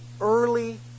early